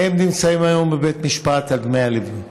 הם נמצאים היום בבית משפט על דמי הליווי.